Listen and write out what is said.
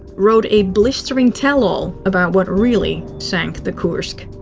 wrote a blistering tell-all about what really sank the kursk.